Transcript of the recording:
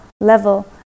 level